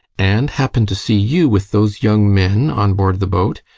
and happened to see you with those young men on board the boat,